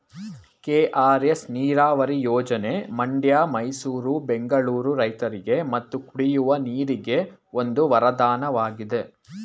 KRS ನೀರವರಿ ಯೋಜನೆ ಮಂಡ್ಯ ಮೈಸೂರು ಬೆಂಗಳೂರು ರೈತರಿಗೆ ಮತ್ತು ಕುಡಿಯುವ ನೀರಿಗೆ ಒಂದು ವರದಾನವಾಗಿದೆ